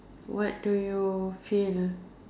what do you feel